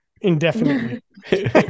Indefinitely